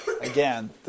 Again